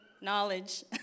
knowledge